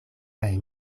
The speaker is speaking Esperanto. kaj